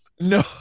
No